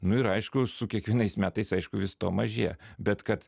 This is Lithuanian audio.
nu ir aišku su kiekvienais metais aišku vis to mažėja bet kad